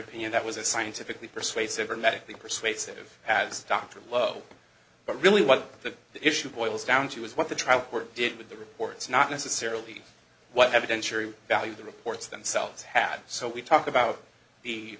opinion that was a scientifically persuasive or medically persuasive as dr low but really what the issue boils down to is what the trial court did with the reports not necessarily what evidence yuri value the reports themselves had so we talked about the